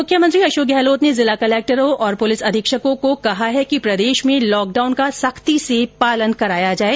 मुख्यमंत्री अशोक गहलोत ने जिला कलेक्टरों और पुलिस अधीक्षकों को कहा है कि प्रदेश में लॉक डाउन का सख्ती से पालन कराया जाए